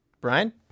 Brian